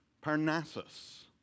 Parnassus